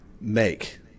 make